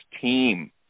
team